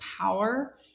power